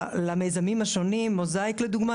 למיזמים השונים, לדוגמא Mosaic.